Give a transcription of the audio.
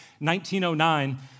1909